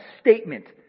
statement